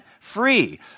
free